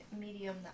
medium